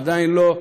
עדיין לא,